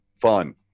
fun